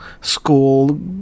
school